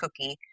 cookie